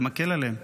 זה מקל עליהם.